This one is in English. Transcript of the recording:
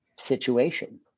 situation